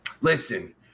listen